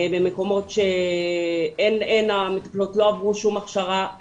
במקומות שהבנות לא עברו שום הכשרה.